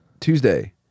Tuesday